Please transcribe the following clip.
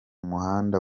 muhanda